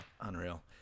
Unreal